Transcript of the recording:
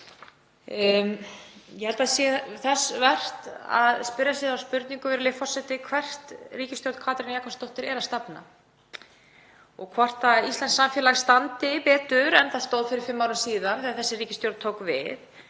Ég held að það sé þess vert að spyrja sig þeirrar spurningar, virðulegi forseti, hvert ríkisstjórn Katrínar Jakobsdóttur er að stefna og hvort íslenskt samfélag standi betur en það stóð fyrir fimm árum þegar þessi ríkisstjórn tók við,